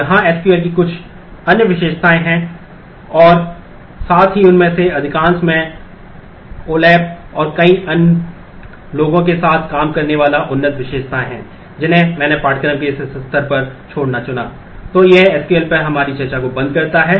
तो वहाँ एसक्यूएल पर हमारी चर्चा को बंद करता है